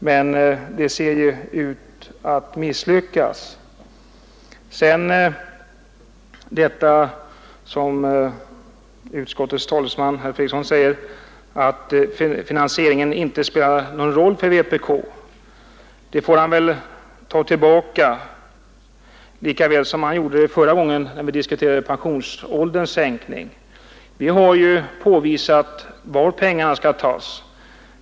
Det ser emellertid ut som om det skulle misslyckas. Utskottets talesman herr Fredriksson sade också att finansieringen tydligen inte spelar någon roll för vpk. Det får väl ändå herr Fredriksson ta tillbaka, precis som han gjorde förra gången när vi diskuterade en sänkning av pensionsåldern. Vi har ju visat på var pengarna skall tas.